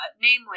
Namely